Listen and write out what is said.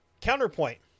Counterpoint